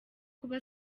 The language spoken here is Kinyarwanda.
kuba